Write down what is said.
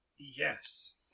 Yes